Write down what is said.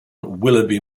willoughby